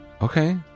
Okay